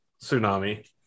tsunami